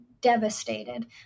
devastated